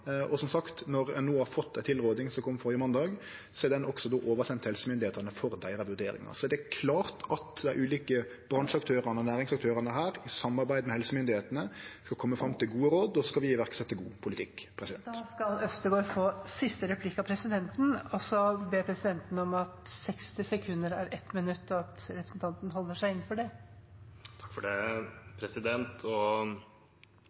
og som sagt, når ein no har fått ei tilråding, som kom førre måndag, er den også sendt over til helsemyndigheitene for deira vurderingar. Det er klart at dei ulike bransjeaktørane og næringsaktørane her i samarbeid med helsemyndigheitene skal kome fram til gode råd, og så skal vi setje i verk god politikk. Da skal representanten Øvstegård få siste replikk av presidenten. Presidenten minner om at 60 sekunder er 1 minutt, og ber om at representanten holder seg innenfor det. Problemet er at det er ikke først og